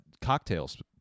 Cocktails